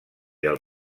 del